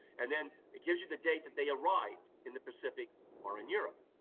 and then it gives you the date that they arrived, in the pacific or in europe.